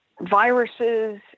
viruses